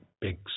big